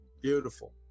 Beautiful